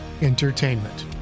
Entertainment